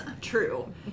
true